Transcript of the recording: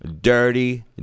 dirty